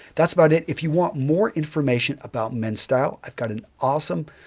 that's about it. if you want more information about men's style, i've got an awesome,